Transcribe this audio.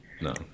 No